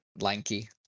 lanky